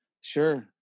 Sure